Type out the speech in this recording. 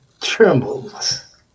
trembles